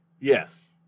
Yes